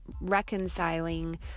reconciling